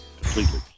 completely